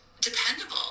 dependable